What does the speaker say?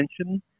attention